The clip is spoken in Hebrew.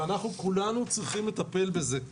ואנחנו כולנו צריכים לטפל בזה.